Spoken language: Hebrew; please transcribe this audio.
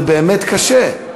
זה באמת קשה.